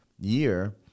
year